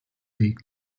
weg